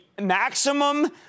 maximum